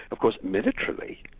of course militarily,